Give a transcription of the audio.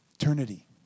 Eternity